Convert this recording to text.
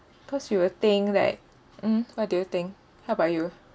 cause you will think like mm what do you think how about you